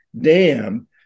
dam